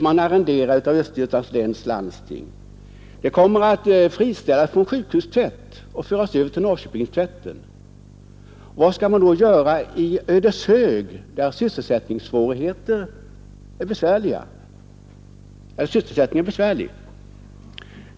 man arrenderar tvätteriet av detta landsting — att friställas från sjukhustvätt, som förs över till Norrköpingstvätteriet. Vad skall man då göra i Ödeshög, där sysselsättningen är besvärlig?